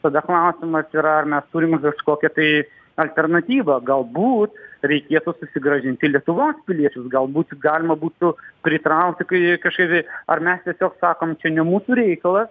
tada klausimas yra ar mes turime kažkokią tai alternatyvą galbūt reikėtų susigrąžinti lietuvos piliečius galbūt galima būtų pritraukti kai kažkaip tai ar mes tiesiog sakom čia ne mūsų reikalas